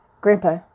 Grandpa